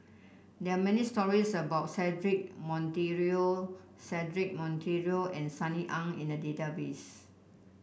there are many stories about Cedric Monteiro Cedric Monteiro and Sunny Ang in the database